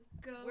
go